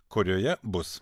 kurioje bus